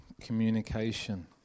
communication